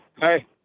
Hey